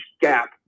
gap